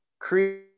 create